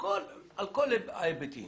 על כל ההיבטים,